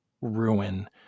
ruin